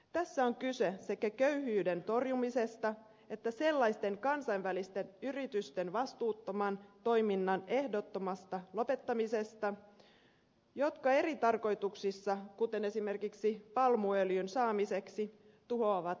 tässä on kyse sekä köyhyyden torjumisesta että sellaisten kansainvälisten yritysten vastuuttoman toiminnan ehdottomasta lopettamisesta jotka eri tarkoituksissa kuten esimerkiksi palmuöljyn saamiseksi tuhoavat sademetsiä